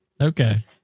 Okay